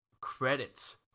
credits